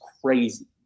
crazy